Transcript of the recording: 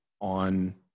on